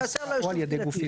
אתה יותר לא יישוב קהילתי.